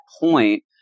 point